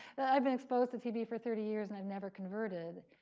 that i've been exposed to tb for thirty years and i've never converted.